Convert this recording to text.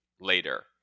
later